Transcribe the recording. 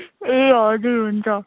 ए हजुर हुन्छ